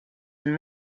and